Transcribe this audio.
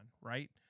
right